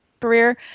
career